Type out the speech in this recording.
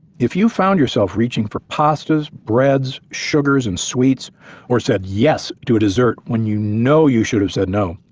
if you found yourself reaching for pastas, breads, sugars and sweets or said, yes, to a desert when you know you should've said no,